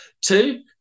Two